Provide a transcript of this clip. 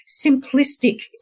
simplistic